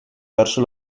verso